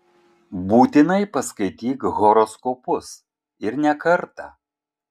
būtinai paskaityk horoskopus ir ne kartą